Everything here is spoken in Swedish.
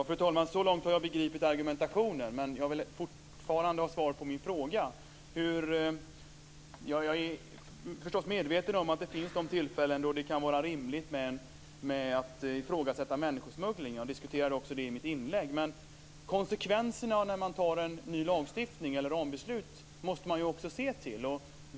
Fru talman! Så långt har jag begripit argumentationen. Men jag vill fortfarande ha svar på min fråga. Jag är förstås medveten om att det finns tillfällen då det kan vara rimligt att ifrågasätta människosmuggling. Jag diskuterade också det i mitt inlägg. Men man måste också se till konsekvenserna när man antar ett nytt rambeslut.